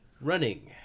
Running